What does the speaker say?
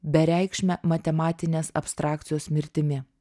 bereikšme matematinės abstrakcijos mirtimi